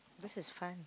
this is fun